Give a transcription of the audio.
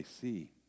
see